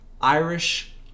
Irish